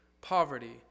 poverty